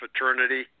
fraternity